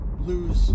lose